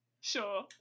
Sure